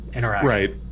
Right